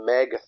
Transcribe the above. Meg